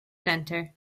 center